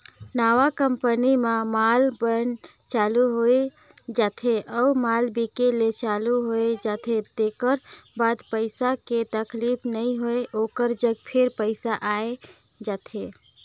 नवा कंपनी म माल बइन चालू हो जाथे अउ माल बिके ले चालू होए जाथे तेकर बाद पइसा के तकलीफ नी होय ओकर जग फेर पइसा आए जाथे